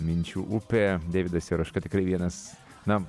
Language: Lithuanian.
minčių upė deividas jeriška tikrai vienas na